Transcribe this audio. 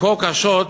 כה קשות,